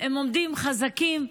עומדים חזקים,